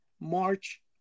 March